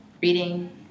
reading